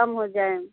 कम हो जाएँ